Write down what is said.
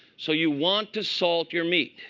so you want to salt your meat.